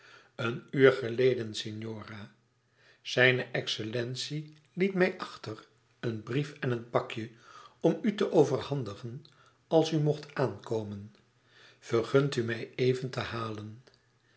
een uur geleden signora zijn excellentie liet mij achter een brief en een pakje om u te overhandigen als u mocht aankomen vergunt u mij even te halen